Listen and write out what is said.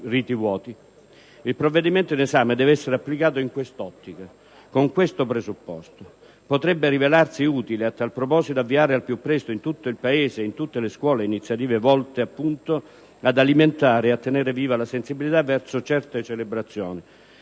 Il provvedimento in esame deve essere applicato in quest'ottica, con questo presupposto. Potrebbe rivelarsi utile, a tal proposito, avviare al più presto, in tutto il Paese e in tutte le scuole, iniziative volte ad alimentare e a tenere viva la sensibilità verso certe celebrazioni: